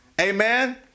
Amen